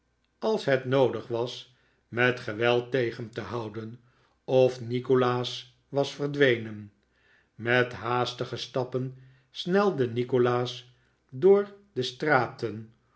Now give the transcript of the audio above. als het noodig was met geweld tegen te houden of nikolaas was verdwenen met haastige stappen snelde nikolaas door de straten